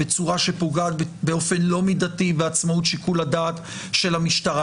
בצורה שפוגעת באופן לא מידתי בעצמאות שיקול הדעת של המשטרה.